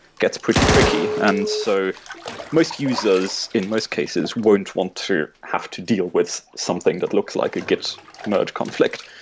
gets pretty tricky and so most users in most cases won't want to have to deal with something that looks like a git merge conflict.